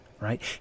Right